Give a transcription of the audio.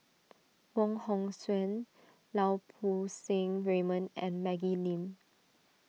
Wong Hong Suen Lau Poo Seng Raymond and Maggie Lim